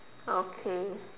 okay